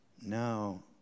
Now